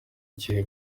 gihe